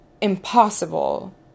impossible